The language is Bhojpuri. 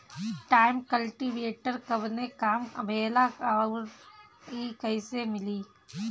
टाइन कल्टीवेटर कवने काम आवेला आउर इ कैसे मिली?